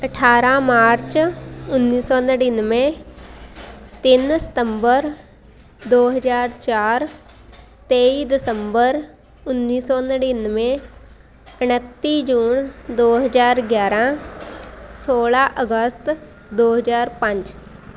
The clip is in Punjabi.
ਅਠਾਰ੍ਹਾਂ ਮਾਰਚ ਉੱਨੀ ਸੌ ਨੜਿਨਵੇਂ ਤਿੰਨ ਸਤੰਬਰ ਦੋ ਹਜ਼ਾਰ ਚਾਰ ਤੇਈ ਦਸੰਬਰ ਉੱਨੀ ਸੌ ਨੜਿਨਵੇਂ ਉਨੱਤੀ ਜੂਨ ਦੋ ਹਜ਼ਾਰ ਗਿਆਰ੍ਹਾਂ ਸੋਲ੍ਹਾਂ ਅਗਸਤ ਦੋ ਹਜ਼ਾਰ ਪੰਜ